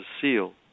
seal